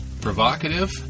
provocative